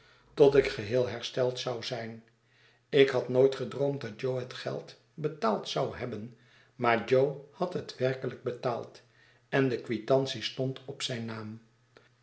tot ik geheei hersteld zou zijn ik had nooit gedroomd dat jo het geld betaald zou hebben maar jo had het werkelijk betaald en de quitantie stond op zijn naam